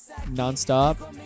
nonstop